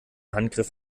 handgriff